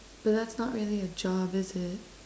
so that's not really a job is it